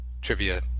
trivia